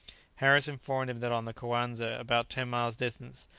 harris informed him that on the coanza, about ten miles distant,